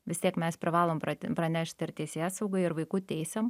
vis tiek mes privalom prad pranešt ir teisėsaugai ir vaikų teisėm